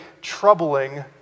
troubling